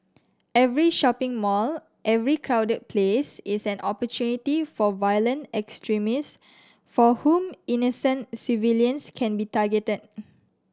every shopping mall every crowded place is an opportunity for violent extremists for whom innocent civilians can be targeted